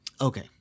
Okay